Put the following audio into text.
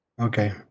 Okay